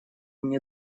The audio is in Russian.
мне